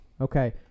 Okay